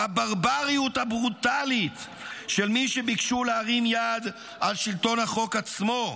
מהברבריות הברוטלית של מי שביקשו להרים יד על שלטון החוק עצמו.